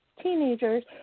teenagers